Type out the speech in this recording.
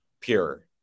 pure